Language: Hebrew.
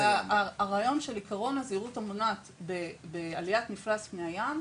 הרעיון של עיקרון הזהירות המונעת בעליית מפלס פני הים,